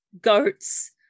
goats